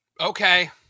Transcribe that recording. Okay